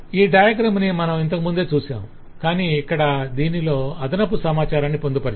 ఈ డయాగ్రమ్ ని మనం ఇంతకుముందే చూశాం కానీ ఇక్కడ దీనిలో అదనపు సమాచారాన్ని పొందుపరచాం